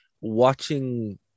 watching